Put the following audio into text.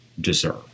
deserve